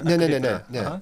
ne ne ne ne ne